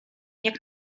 jak